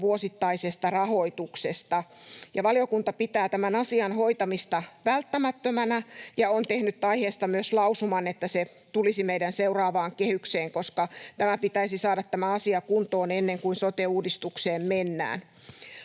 vuosittaisesta rahoituksesta. Valiokunta pitää tämän asian hoitamista välttämättömänä ja on tehnyt aiheesta myös lausuman, että se tulisi meidän seuraavaan kehykseen, koska tämä asia pitäisi saada kuntoon ennen kuin sote-uudistukseen mennään.